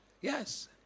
Yes